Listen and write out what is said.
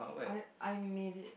I I made it